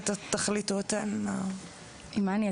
קודם כל,